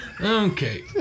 Okay